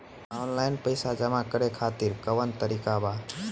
Online पइसा जमा करे खातिर कवन तरीका बा?